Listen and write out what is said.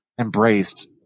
embraced